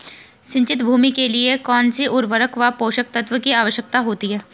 सिंचित भूमि के लिए कौन सी उर्वरक व पोषक तत्वों की आवश्यकता होती है?